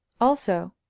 Also